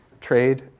trade